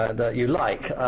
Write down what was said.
you like.